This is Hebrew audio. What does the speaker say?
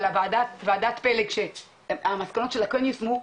אבל לועדת פלג שהמסקנות שלה כן יושמו,